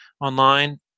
online